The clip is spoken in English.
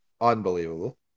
Unbelievable